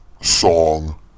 song